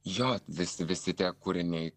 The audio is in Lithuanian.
jo vis visi tie kūriniai